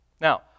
Now